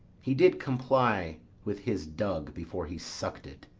he did comply with his dug before he suck'd it.